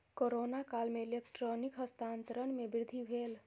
corona काल में electronic हस्तांतरण में वृद्धि भेल